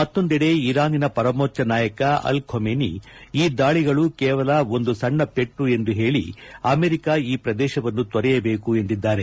ಮತ್ತೊಂದೆಡೆ ಇರಾನಿನ ಪರಮೋಚ್ಚ ನಾಯಕ ಅಲಿ ಖಮೇನಿ ಈ ದಾಳಿಗಳು ಕೇವಲ ಒಂದು ಸಣ್ಣ ಪೆಟ್ನು ಎಂದು ಹೇಳಿ ಅಮೆರಿಕ ಈ ಪ್ರದೇಶವನ್ನು ತೊರೆಯಬೇಕು ಎಂದಿದ್ದಾರೆ